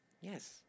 Yes